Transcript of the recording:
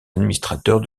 administrateurs